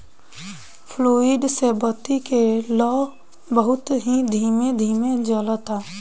fluid से बत्ती के लौं बहुत ही धीमे धीमे जलता